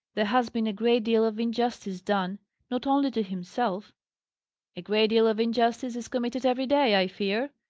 there has been a great deal of injustice done not only to himself a great deal of injustice is committed every day, i fear,